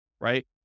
right